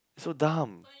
so dumb